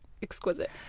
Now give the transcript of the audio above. exquisite